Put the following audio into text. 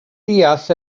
deall